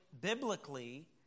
biblically